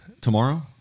Tomorrow